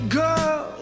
girl